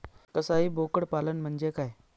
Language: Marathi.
कसाई बोकड पालन म्हणजे काय?